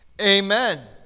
Amen